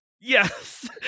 Yes